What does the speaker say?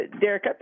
Derek